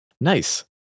Nice